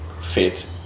fit